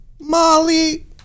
Molly